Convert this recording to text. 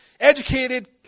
educated